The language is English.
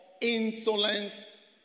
insolence